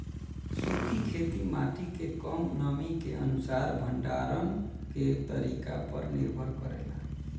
सूखी खेती माटी के कम नमी के अनुसार भंडारण के तरीका पर निर्भर करेला